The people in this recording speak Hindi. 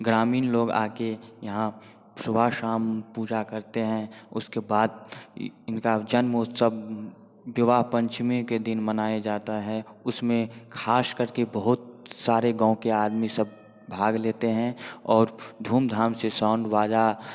ग्रामीण लोग आकर यहाँ सुबह शाम पूजा करते हैं उसके इनका जन्म उत्सव विवाह पंचमी के दिन मनाए जाता है उसमें ख़ास करके बहुत सारे गाँव के आदमी सब भाग लेते हैं और धूमधाम से साउंड बाजा